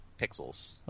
Pixels